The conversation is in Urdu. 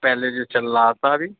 پہلے جو چل رہا تھا ابھی